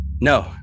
no